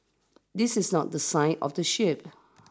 this is not the sign of the ship